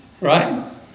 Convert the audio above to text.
right